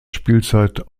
spielzeit